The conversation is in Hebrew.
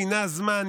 פינה זמן,